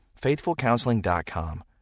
FaithfulCounseling.com